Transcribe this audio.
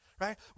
right